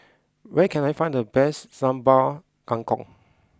where can I find the best Sambal Kangkong